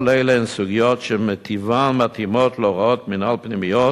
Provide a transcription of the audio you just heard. כל אלה הן סוגיות שמטיבן מתאימות להוראות מינהל פנימיות,